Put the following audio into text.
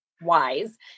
wise